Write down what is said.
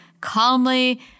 calmly